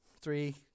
three